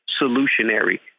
solutionary